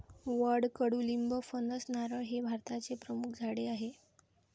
वड, कडुलिंब, फणस, नारळ हे भारताचे प्रमुख झाडे आहे